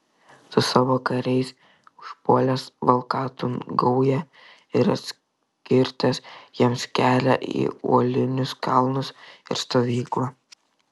su savo kariais užpuolęs valkatų gaują ir atkirtęs jiems kelią į uolinius kalnus ir stovyklą